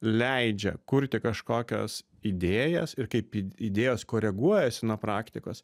leidžia kurti kažkokias idėjas ir kaip idėjos koreguojasi nuo praktikos